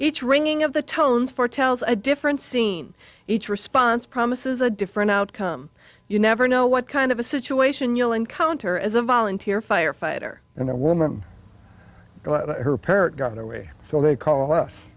each ringing of the tones for tells a different scene each response promises a different outcome you never know what kind of a situation you'll encounter as a volunteer firefighter and a woman but her parrot got away so they call us